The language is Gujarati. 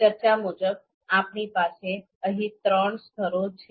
ચર્ચા મુજબ આપણી પાસે અહીં ત્રણ સ્તરો છે